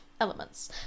elements